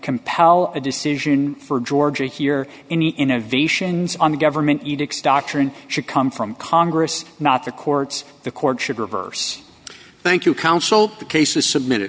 compel a decision for georgia here in innovations on government edicts doctrine should come from congress not the courts the court should reverse thank you counsel the case is submitted